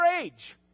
age